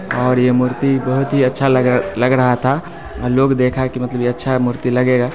और ये मूर्ति बहुत ही अच्छा लग रहा लग रहा था और लोग देखा कि मतलब ये अच्छा मूर्ति लगेगा